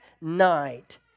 night